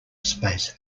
space